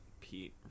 Pete